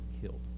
killed